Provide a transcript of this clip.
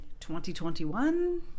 2021